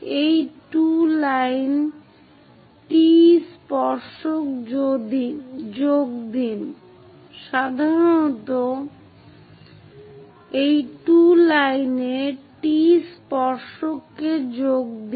এই 2 line T স্পর্শক যোগ দিন